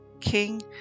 King